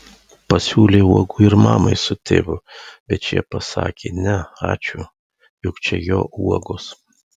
pasiūlė uogų ir mamai su tėvu bet šie pasakė ne ačiū juk čia jo uogos